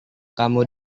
kamu